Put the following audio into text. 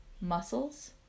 muscles